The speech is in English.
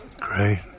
great